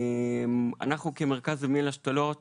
אנחנו כמרכז לאומי להשתלות